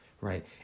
right